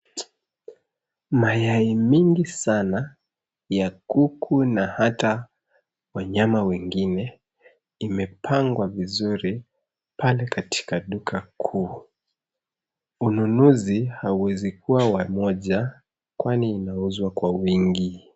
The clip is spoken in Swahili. Mayai mengi sana, ya kuku na hata wanyama wengine imepangwa vizuri pale katika duka kuu. Ununuzi hauwezi kuwa wa moja, kwani huuzwa kwa wingi.